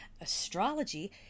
Astrology